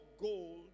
gold